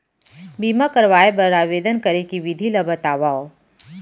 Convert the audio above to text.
बीमा करवाय बर आवेदन करे के विधि ल बतावव?